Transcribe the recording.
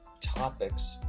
topics